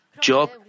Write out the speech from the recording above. Job